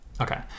Okay